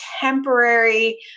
temporary